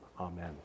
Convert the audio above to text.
Amen